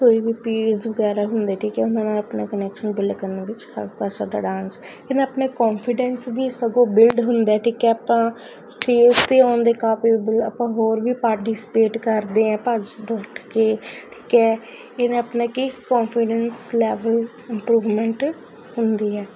ਕੋਈ ਵੀ ਪੀਅਰਸ ਵਗੈਰਾ ਹੁੰਦੇ ਠੀਕ ਹੈ ਉਹਨਾਂ ਨਾਲ ਆਪਣਾ ਕਨੈਕਸ਼ਨ ਬਿਲ ਕਰਨ ਵਿੱਚ ਹੈਲਪ ਕਰ ਸਕਦਾ ਡਾਂਸ ਇਹਦੇ ਨਾਲ ਆਪਣੇ ਕੋਨਫੀਡੈਂਸ ਵੀ ਸਗੋਂ ਬਿਲਡ ਹੁੰਦਾ ਠੀਕ ਹੈ ਆਪਾਂ ਸਟੇਜ਼ 'ਤੇ ਆਉਣ ਦੇ ਕੇਪਏਬਲ ਆਪਾਂ ਹੋਰ ਵੀ ਪਾਰਟੀਸਪੇਟ ਕਰਦੇ ਹਾਂ ਭੱਜ ਨੱਠ ਕੇ ਠੀਕ ਹੈ ਇਹ ਨਾਲ ਆਪਣਾ ਕਿ ਕੋਨਫੀਡੈਂਸ ਲੈਵਲ ਇੰਪਰੂਵਮੈਂਟ ਹੁੰਦੀ ਹੈ